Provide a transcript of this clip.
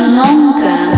longer